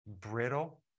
brittle